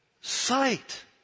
sight